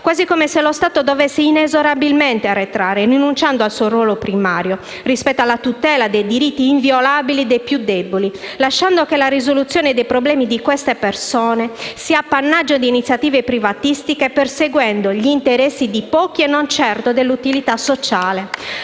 quasi come se lo Stato dovesse inesorabilmente arretrare, rinunciando al suo ruolo primario, rispetto alla tutela dei diritti inviolabili dei più deboli, lasciando che la risoluzione dei problemi di queste persone sia appannaggio di iniziative privatistiche, perseguendo gli interessi di pochi e non certo l'utilità sociale!